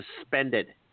suspended